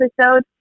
episode